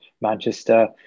Manchester